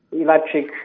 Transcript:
electric